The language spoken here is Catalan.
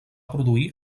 produir